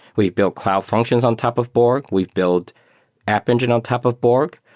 we've build cloud functions on top of borg. we've build app engine on top of borg,